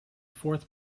fourth